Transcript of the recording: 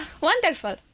Wonderful